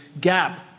gap